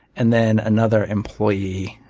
and then another employee,